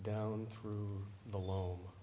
down through the low